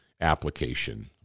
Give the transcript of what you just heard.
application